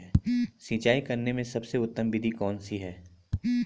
सिंचाई करने में सबसे उत्तम विधि कौन सी है?